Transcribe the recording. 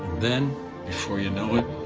then before you know it,